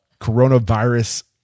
coronavirus